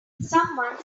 someone